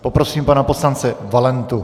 Poprosím pana poslance Valentu.